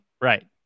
Right